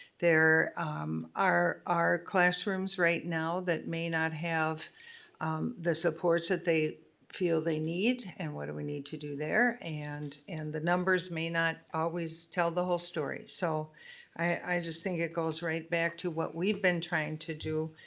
there um are are classrooms, right now, that may not have the supports that they feel they need, and what do we need to do there, and and the numbers may not always tell the whole story. so i just think it goes right back to what we've been trying to do.